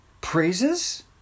Praises